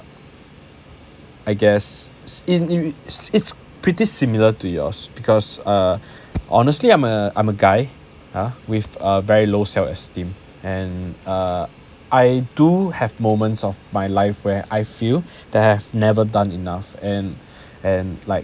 I guess in it's pretty similar to yours because ah honestly I'm a I'm a guy with a very low self esteem and uh I do have moments of my life where I feel that have never done enough and and like